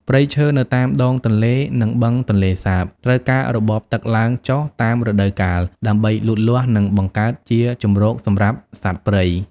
ព្រៃឈើនៅតាមដងទន្លេ និងបឹងទន្លេសាបត្រូវការរបបទឹកឡើងចុះតាមរដូវកាលដើម្បីលូតលាស់ និងបង្កើតជាជម្រកសម្រាប់សត្វព្រៃ។